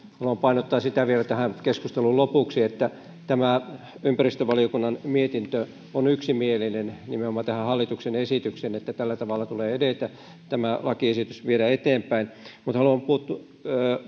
haluan painottaa sitä vielä tähän keskustelun lopuksi että tämä ympäristövaliokunnan mietintö on yksimielinen nimenomaan tähän hallituksen esitykseen että tällä tavalla tulee edetä tämä lakiesitys viedä eteenpäin mutta haluan